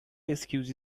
excuse